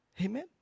Amen